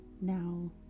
Now